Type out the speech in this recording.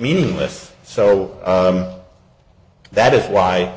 meaningless so that is why